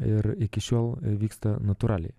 ir iki šiol vyksta natūraliai